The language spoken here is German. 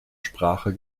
sprache